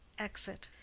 exit.